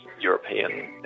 European